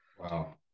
wow